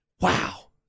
Wow